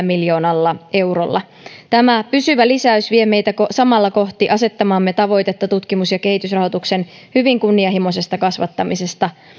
miljoonalla eurolla tämä pysyvä lisäys vie meitä samalla kohti asettamaamme tavoitetta tutkimus ja kehitysrahoituksen hyvin kunnianhimoisesta kasvattamisesta